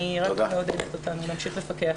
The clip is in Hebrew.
נמשיך לפקח.